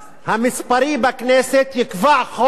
המספרי בכנסת יאשר חוק